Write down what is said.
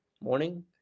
Morning